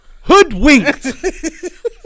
hoodwinked